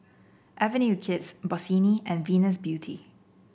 Avenue Kids Bossini and Venus Beauty